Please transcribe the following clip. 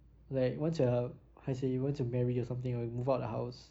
like once you're how to say you want to marry or something or you move out the house